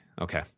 Okay